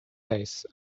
lace